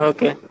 Okay